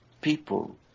people